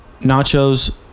Nachos